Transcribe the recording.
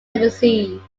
tennessee